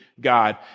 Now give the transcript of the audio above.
God